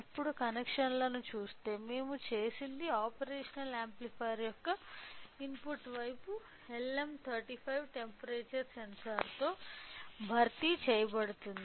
ఇప్పుడు కనెక్షన్లను చూస్తే మేము చేసినది ఆపరేషనల్ యాంప్లిఫైయర్ యొక్క ఇన్పుట్ వైపు LM35 టెంపరేచర్ సెన్సార్తో భర్తీ చేయబడుతుంది